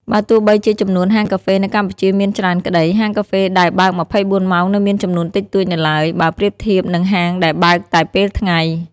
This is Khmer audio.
បើទោះបីជាចំនួនហាងកាហ្វេនៅកម្ពុជាមានច្រើនក្តី ហាងកាហ្វេដែលបើក ២៤ ម៉ោងនៅមានចំនួនតិចតួចនៅឡើយ បើប្រៀបធៀបនឹងហាងដែលបើកតែពេលថ្ងៃ។